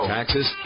Taxes